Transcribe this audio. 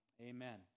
Amen